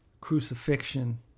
crucifixion